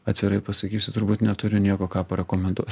atvirai pasakysiu turbūt neturiu nieko ką pakomentuot